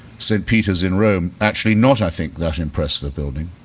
st. peter's in rome, actually not i think that impressive a building,